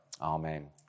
amen